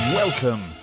Welcome